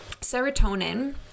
Serotonin